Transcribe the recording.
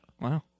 Wow